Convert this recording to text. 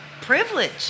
privilege